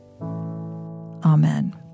Amen